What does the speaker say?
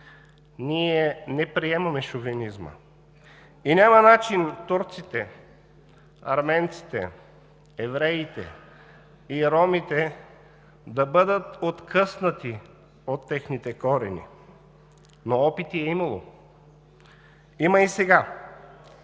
Ние не приемаме шовинизма. И няма начин турците, арменците, евреите и ромите да бъдат откъснати от техните корени. Но опити е имало. Има и сега.